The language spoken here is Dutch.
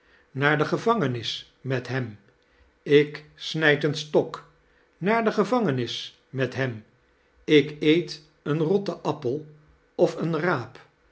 naar de gevangenis met hem ik snijd een stok naar de gevangenis met hem ik ee't een rotten appel of een raap